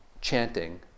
chanting